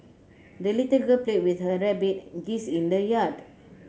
the little girl played with her rabbit and geese in the yard